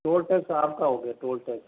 toll tax आपका हो गया टोल टैक्स